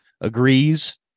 agrees